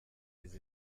izi